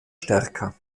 stärker